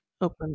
open